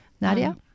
Nadia